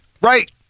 right